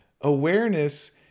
Awareness